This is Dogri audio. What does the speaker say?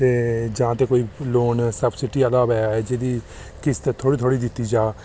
जां ते कोई लोन सब्सिडी आह्ला होऐ जेह्दी किश्त थोह्ड़ी थोह्ड़ी दित्ती जा